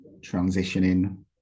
transitioning